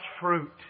fruit